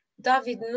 David